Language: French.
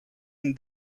une